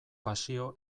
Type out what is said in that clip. pasio